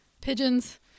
pigeons